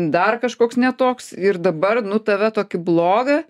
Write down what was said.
dar kažkoks ne toks ir dabar nu tave tokį blogą